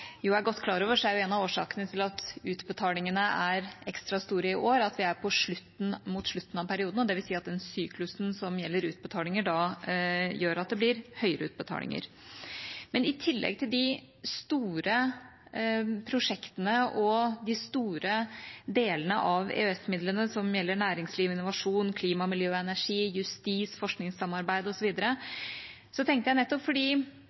godt klar over, er en av årsakene til at utbetalingene er ekstra store i år, at vi er på slutten av perioden, og det vil si at den syklusen som gjelder utbetalinger, gjør at det blir høyere utbetalinger. I tillegg til de store prosjektene og de store delene av EØS-midlene, som gjelder næringsliv, innovasjon, klima, miljø, energi, justis, forskningssamarbeid osv., tenkte jeg – nettopp fordi